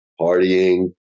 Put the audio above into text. partying